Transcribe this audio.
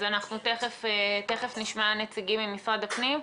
אז אנחנו תיכף נשמע נציגים ממשרד הפנים.